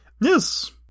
yes